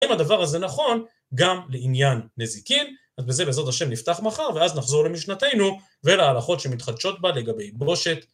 אם הדבר הזה נכון, גם לעניין נזיקין, אז בזה בעזרת השם נפתח מחר ואז נחזור למשנתנו ולהלכות שמתחדשות בה לגבי פרושת.